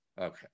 Okay